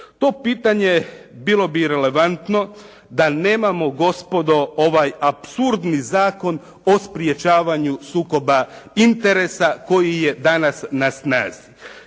To pitanje bilo bi relevantno da nemamo gospodo ovaj apsurdni Zakon o sprječavanju sukoba interesa koji je danas na snazi.